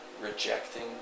rejecting